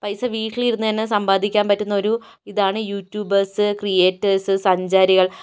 പൈസ വീട്ടിലിരുന്ന് തന്നെ സമ്പാദിക്കാൻ പറ്റുന്നൊരു ഇതാണ് യൂട്യൂബേർസ് ക്രിയേറ്റേർസ് സഞ്ചാരികൾ